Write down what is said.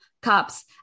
cups